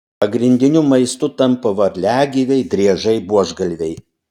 pagrindiniu maistu tampa varliagyviai driežai buožgalviai